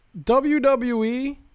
WWE